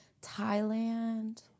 Thailand